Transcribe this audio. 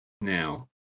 Now